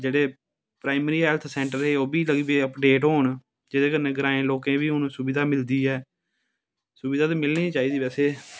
जेह्ड़े primary health centre हे ओह् बी लगी पे अपडेट होन जेह्दे कन्ने ग्राईं लोकें बी सुविधा मिलदी ऐ सुविधा ते मिलनी गै चाही दी बैसे